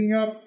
up